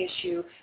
issue